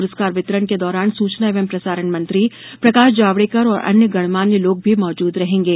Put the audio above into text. प्रस्कार वितरण के दौरान सूचना एवं प्रसारण मंत्री प्रकाश जावड़ेकर और अन्य गणमान्य लोग भी मौजूद रहेंगे